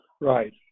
Right